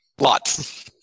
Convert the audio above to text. Lots